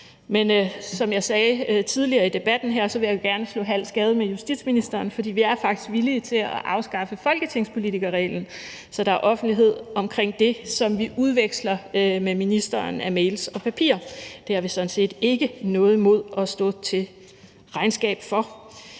Men som jeg sagde tidligere i debatten, vil jeg gerne slå halv skade med justitsministeren, for vi er faktisk villige til at afskaffe folketingspolitikerreglen, så der er offentlighed omkring det, som vi udveksler med ministeren af mails og papir. Det har vi sådan set ikke noget imod at stå til regnskab for.